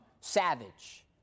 savage